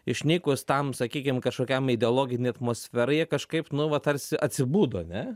išnykus tam sakykim kažkokiam ideologinei atmosferai jie kažkaip nu va tarsi atsibudo ne